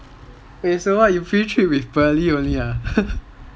wait what so you pre trip with pearly only ah